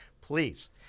please